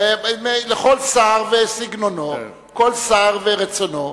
כל שר וסגנונו, כל שר ורצונו.